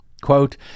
Quote